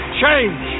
change